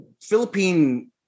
Philippine